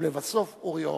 ולבסוף, אורי אורבך.